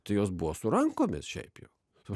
tai jos buvo su rankomis šiaip jau tai